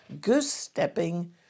goose-stepping